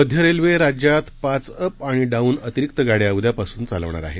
मध्य रेल्वे राज्यात पाच अप आणि डाऊन अतिरिक्त गाड्या उद्यापासून चालवणार आहे